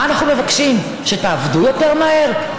מה אנחנו מבקשים, שתעבדו יותר מהר?